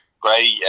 Great